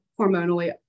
hormonally